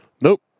Nope